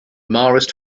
marist